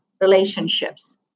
relationships